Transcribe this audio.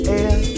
air